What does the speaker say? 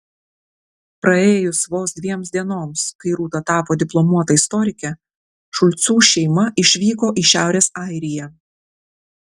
praėjus vos dviems dienoms kai rūta tapo diplomuota istorike šulcų šeima išvyko į šiaurės airiją